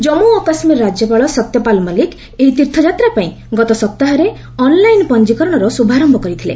ଜାମ୍ମ ଓ କାଶୁୀର ରାଜ୍ୟପାଳ ସତ୍ୟପାଲ ମଲ୍ଲିକ ଏହି ତୀର୍ଥଯାତ୍ରା ପାଇଁ ଗତ ସପ୍ତାହରେ ଅନଲାଇନ ପଞ୍ଜୀକରଣର ଶ୍ରଭାରମ୍ଭ କରିଥିଲେ